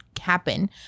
happen